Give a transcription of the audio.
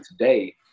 today